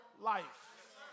life